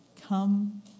Come